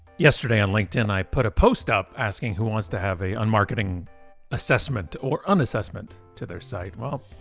yesterday on linkedin i put a post up asking who wants to have a unmarketing assessment or unassessment to their side. well,